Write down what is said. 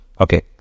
Okay